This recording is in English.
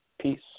Peace